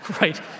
right